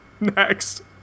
Next